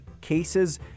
cases